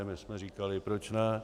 My jsme říkali: proč ne?